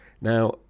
Now